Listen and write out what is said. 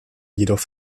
jedoch